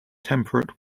temperate